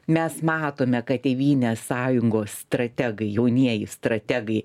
mes matome kad tėvynės sąjungos strategai jaunieji strategai